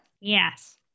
Yes